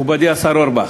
מכובדי השר אורבך,